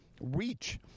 reach